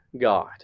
God